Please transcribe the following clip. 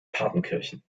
partenkirchen